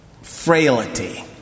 frailty